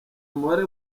umubare